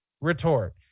retort